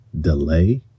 delay